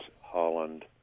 Holland